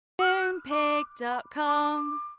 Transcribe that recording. Moonpig.com